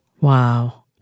Wow